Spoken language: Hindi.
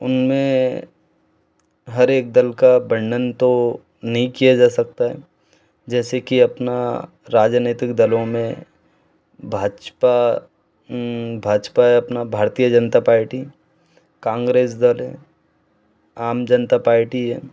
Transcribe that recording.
उनमें हर एक दल का वर्णन तो नहीं किया जा सकता है जैसे कि अपना राजनैतिक दलों में भाजपा भाजपा अपना भारतीय जनता पार्टी कांग्रेस दल हैं आम जनता पार्टी है